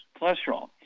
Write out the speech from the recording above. cholesterol